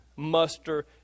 muster